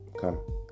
Come